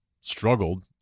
struggled